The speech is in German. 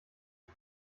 die